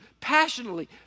passionately